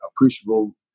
appreciable